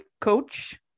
coach